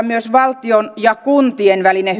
myös valtion ja kuntien välisen